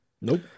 Nope